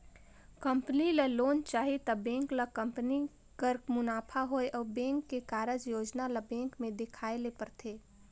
company ल loan चाही त बेंक ल कंपनी कर मुनाफा होए अउ बेंक के कारज योजना ल बेंक में देखाए ले परथे